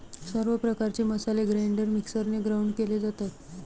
सर्व प्रकारचे मसाले ग्राइंडर मिक्सरने ग्राउंड केले जातात